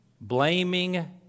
blaming